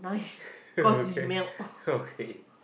okay okay